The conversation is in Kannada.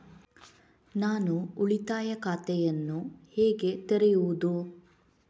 ನಾನು ಉಳಿತಾಯ ಖಾತೆಯನ್ನು ಹೇಗೆ ತೆರೆಯುದು?